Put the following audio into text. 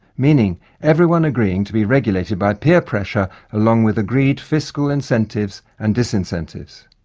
meaning everyone agreeing to be regulated by peer-pressure along with agreed fiscal incentives and disincentives.